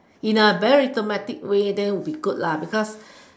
in a very diplomatic way then will be good lah because